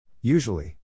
Usually